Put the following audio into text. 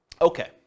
Okay